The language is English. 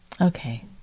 Okay